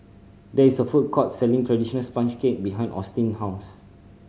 there is a food court selling traditional sponge cake behind Austyn house